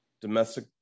domestic